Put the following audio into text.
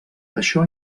això